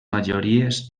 majories